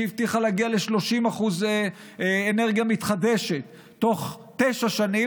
שהבטיחה להגיע ל-30% אנרגיה מתחדשת תוך תשע שנים,